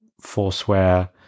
forswear